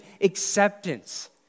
acceptance